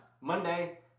Monday